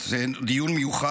זה דיון מיוחד,